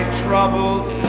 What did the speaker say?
troubled